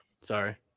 Sorry